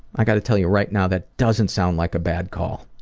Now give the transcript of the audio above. i gotta tell you right now that doesn't sound like a bad call.